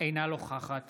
אינה נוכחת